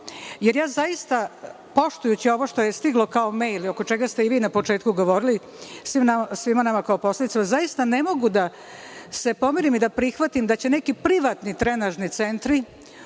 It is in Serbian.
u ovo. Zaista, poštujući ovo što je stiglo kao mejl i oko čega ste vi na početku govorili svima nama kao poslanicima, ne mogu da se pomirim i da prihvatim da će neki privatni trenažni centri